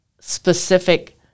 specific